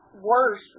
worse